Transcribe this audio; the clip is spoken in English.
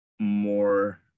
more